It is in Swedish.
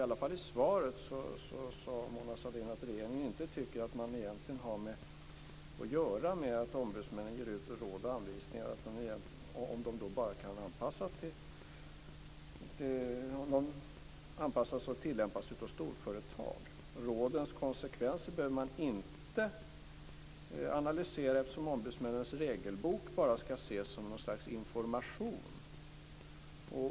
Men i svaret sade Mona Sahlin att regeringen inte tycker att man egentligen har att göra med att ombudsmännen ger ut råd och anvisningar som bara anpassas för och tillämpas av storföretag och att man inte behöver analysera rådens konsekvenser, eftersom ombudsmännens regelbok bara ska ses som något slags information.